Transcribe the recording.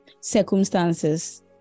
circumstances